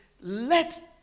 let